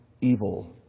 evil